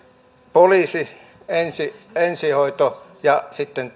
poliisi ensihoito ja sitten